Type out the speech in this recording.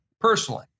personally